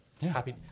happy